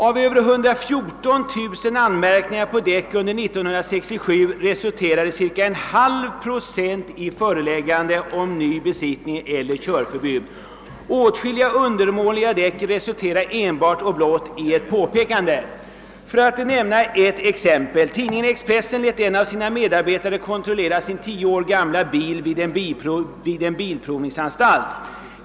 Av över 114 000 anmärkningar på däck under 1967 resulterade cirka en halv procent i förelägganden om ny besiktning eller körförbud. Åtskilliga undermåliga däck resulterar blott och bart i ett påpekande. Låt mig ta ett exempel. Tidningen Expressen lät en av sina medarbetare kontrollera sin tio år gamla bil vid en bilprovningsanstalt.